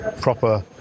proper